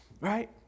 right